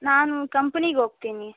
ನಾನು ಕಂಪ್ನಿಗೆ ಹೋಗ್ತೀನಿ